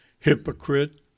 Hypocrite